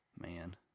man